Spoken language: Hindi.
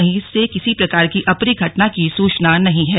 कहीं से किसी प्रकार की अप्रिय घटना की सूचना नहीं है